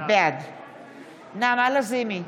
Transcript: בעד נעמה לזימי,